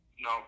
No